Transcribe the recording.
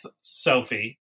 Sophie